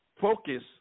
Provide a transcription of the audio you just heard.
Focus